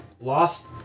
lost